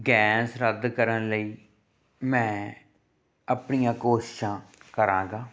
gas ਰੱਦ ਕਰਨ ਲਈ ਮੈਂ ਆਪਣੀਆਂ ਕੋਸ਼ਿਸ਼ਾਂ ਕਰਾਂਗਾ